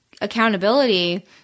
accountability